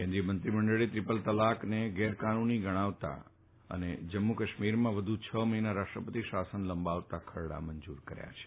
કેન્દ્રીય મંત્રીમંડળે ટ્રીપલ તલાકને ગેરકાનુની ગણાવતા અને જમ્મુ કાશ્મીરમાં વધુ છ મહિના રાષ્ટ્રપતિ શાસન લંબાવતા ખરડા મંજુર કર્યા છે